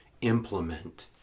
implement